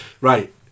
Right